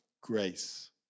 grace